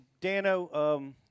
Dano